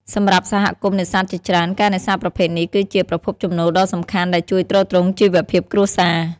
សម្រាប់សហគមន៍នេសាទជាច្រើន ការនេសាទប្រភេទនេះគឺជា ប្រភពចំណូលដ៏សំខាន់ ដែលជួយទ្រទ្រង់ជីវភាពគ្រួសារ។